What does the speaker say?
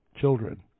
children